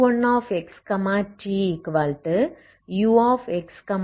u1xtuxt x0 u xt x0